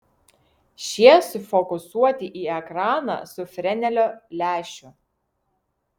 šie sufokusuoti į ekraną su frenelio lęšiu